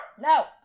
No